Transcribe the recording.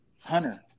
Hunter